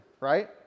right